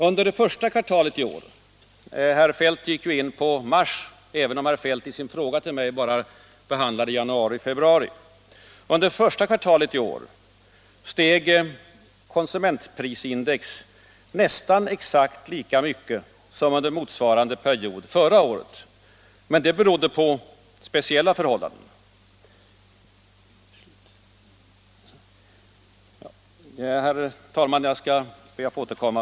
Under det första kvartalet i år — herr Feldt gick ju in på mars, även om herr Feldt i sin fråga till mig bara behandlade januari-februari — steg konsumentprisindex nästan exakt lika mycket som under motsvarande period förra året. Det berodde emellertid på speciella förhållanden. Herr talman! Jag skall be att få återkomma.